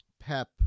Pep